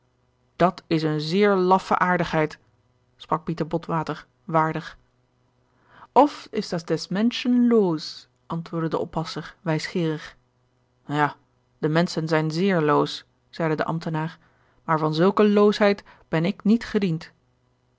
dat is eene zeer laffe aardigheid sprak pieter botwater waardig oft is das des menschen loos antwoordde de oppasser wijsgeerig ja de menschen zijn zeer loos zeide de ambtenaar maar van zulke loosheid ben ik niet gediend